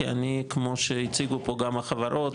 כי אני כמו שהציגו פה גם החברות,